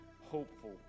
hopeful